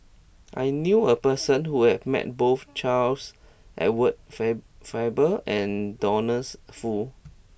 I knew a person who has met both Charles Edward Faber and Douglas Foo